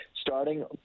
starting